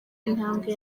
intambwe